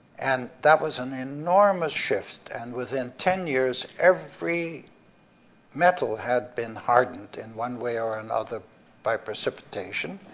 and that was an enormous shift, and within ten years, every metal had been hardened in one way or another by precipitation.